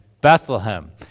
Bethlehem